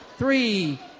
Three